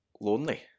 lonely